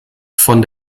von